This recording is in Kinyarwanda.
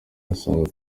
asanga